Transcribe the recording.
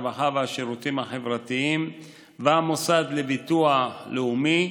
הרווחה והשירותים החברתיים והמוסד לביטוח לאומי,